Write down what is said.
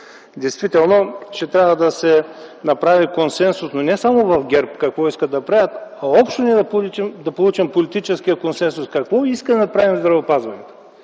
действително ще трябва да се направи консенсус, но не само в ГЕРБ какво искат да правят, а общо да получим политически консенсус какво искаме да направим в здравеопазването.